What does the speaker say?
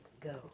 Go